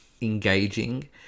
engaging